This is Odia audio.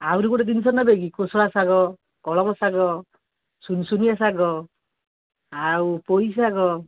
ଆହୁରି ଗୋଟେ ଜିନିଷ ନେବେ କି କୋଶଳା ଶାଗ କଳମ ଶାଗ ସୁନସୁନିଆ ଶାଗ ଆଉ ପୋଇ ଶାଗ